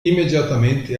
imediatamente